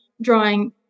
drawing